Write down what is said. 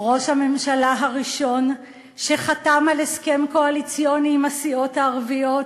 ראש הממשלה הראשון שחתם על הסכם קואליציוני עם הסיעות הערביות.